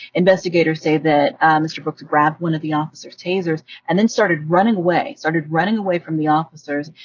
investigators say that mr. brooks grabbed one of the officer's tasers and then started running away, started running away from the officers.